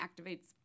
activates